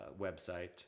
website